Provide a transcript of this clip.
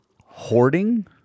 hoarding